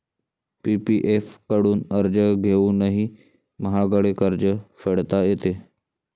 PPF कडून कर्ज घेऊनही महागडे कर्ज फेडता येते